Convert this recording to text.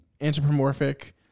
anthropomorphic